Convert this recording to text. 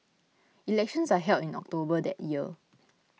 elections are held in October that year